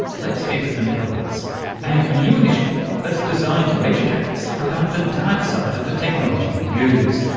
let's head to the netherlands and a new initiative that's designed to educate us about the dark side of the technology we use,